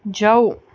ਜਾਓ